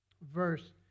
verse